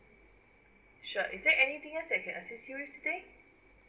sure is there anything else that I can assist you with today